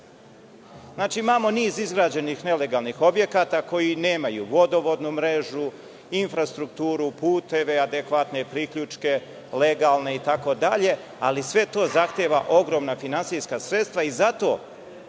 sanacija. Imamo niz izgrađenih nelegalnih objekata koji nemaju vodovodnu mrežu, infrastrukturu, puteve, adekvatne priključke, legalne itd, ali sve to zahteva ogromna finansijska sredstva i zato